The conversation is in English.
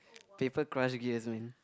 paper crush gears man